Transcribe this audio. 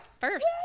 first